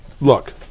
Look